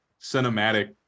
cinematic